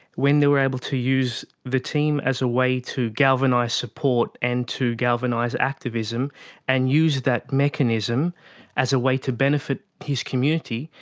when they were able to use the team as a way to galvanise support and to galvanise activism and use that mechanism as a way to benefit his community,